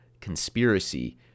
conspiracy